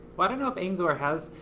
but don't know if angular has,